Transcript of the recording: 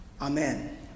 Amen